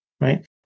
Right